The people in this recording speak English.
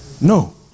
No